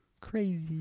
crazy